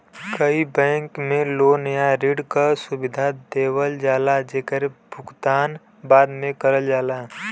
कई बैंक में लोन या ऋण क सुविधा देवल जाला जेकर भुगतान बाद में करल जाला